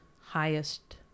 highest